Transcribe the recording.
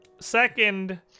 second